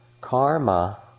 Karma